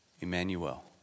Emmanuel